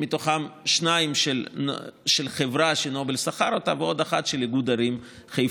שמהן שתיים של חברה שנובל שכר אותה ועוד אחת של איגוד ערים חיפה.